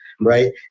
Right